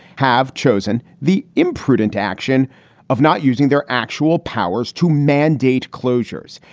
have chosen the imprudent action of not using their actual powers to mandate closures.